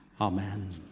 Amen